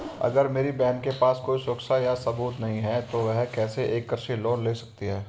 अगर मेरी बहन के पास कोई सुरक्षा या सबूत नहीं है, तो वह कैसे एक कृषि लोन ले सकती है?